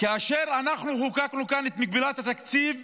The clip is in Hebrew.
כאשר אנחנו חוקקנו כאן את מגבלת התקציב